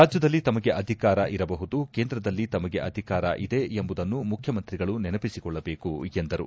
ರಾಜ್ಯದಲ್ಲಿ ತಮಗೆ ಅಧಿಕಾರ ಇರಬಹುದು ಕೇಂದ್ರದಲ್ಲಿ ತಮಗೆ ಅಧಿಕಾರ ಇದೆ ಎಂಬುದನ್ನು ಮುಖ್ಯಮಂತ್ರಿಗಳು ನೆನಪಿಸಿಕೊಳ್ಳಬೇಕು ಎಂದರು